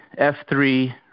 F3